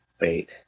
Wait